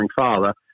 father